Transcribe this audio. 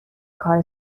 کار